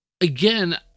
again